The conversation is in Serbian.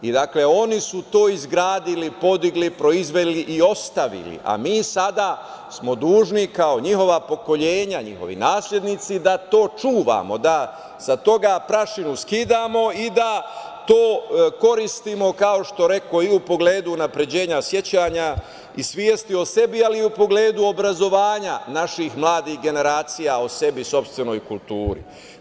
Oni su to izgradili, podigli, proizveli i ostavili, a mi sada smo dužni kao njihova pokolenja, njihovi naslednici da to čuvamo, da sa toga prašinu skidamo i da to koristimo i u pogledu unapređenja sećanja i svesti o sebi, ali i u pogledu obrazovanja naših mladih generacija o sebi i sopstvenoj kulturi.